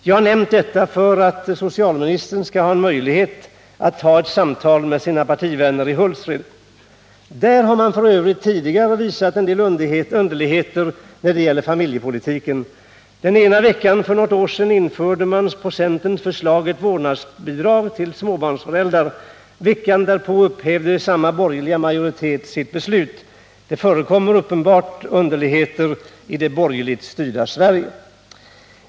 Jag har nämnt detta för att socialministern skall ha en möjlighet att ta ett samtal med sina partivänner i Hultsfred. Där har för övrigt tidigare förekommit en del underligheter när det gäller familjepolitiken. För något år sedan införde man den ena veckan, på centerns förslag, ett vårdnadsbidrag till småbarnsföräldrar. Veckan därpå upphävde samma borgerliga majoritet sitt beslut. Det förekommer uppenbart underlig heter i det borgerligt styrda Sverige.